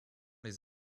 les